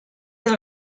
del